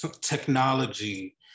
technology